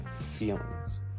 feelings